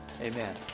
Amen